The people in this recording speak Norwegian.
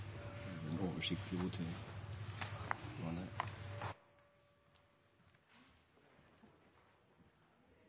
er en